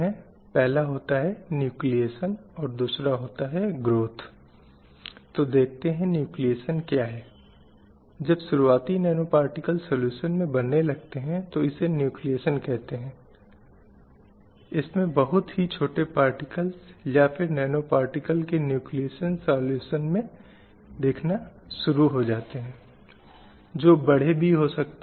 जिसका जवाब होगा नहीं और इसलिए आज भी हम क्या पाते हैं कि भारतीय समाज में पितृसत्ता काफी हद तक हावी है कहीं न कहीं महिलाओं के ऊपर पुरुषों की श्रेष्ठता की समझ या विश्वास है चाहे परिवार में या समाज में और सभी क्षेत्रों में पितृसत्ता के इस प्रभुत्व को पा सकते हैं